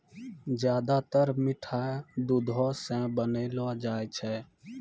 ज्यादातर मिठाय दुधो सॅ बनौलो जाय छै